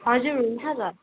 हजुर हुन्छ त